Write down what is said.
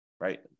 right